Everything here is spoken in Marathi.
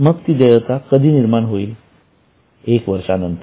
मग ती देयता कधी निर्माण होईल एक वर्षानंतर